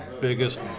biggest